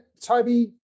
Toby